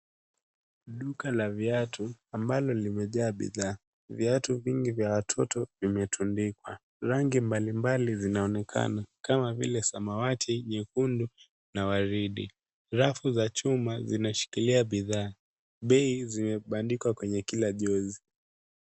Duka la viatu ambalo limejaa bidhaa viatu vingi vya watotot vimetundikwa rangi mbalimbali zinaonekana kama vile samawati nyekundu na waridi rafu za chuma zimeshikilia bidhaa. Bei zimebandikwa kwenye kila jozi.